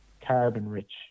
carbon-rich